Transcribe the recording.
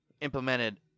implemented